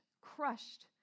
crushed